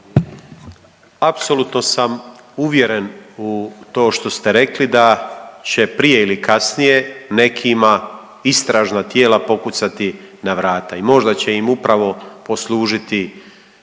Apsolutno sam uvjeren u to što ste rekli da će prije ili kasnije nekima istražna tijela pokucati na vrata i možda će im upravo poslužiti